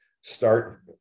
start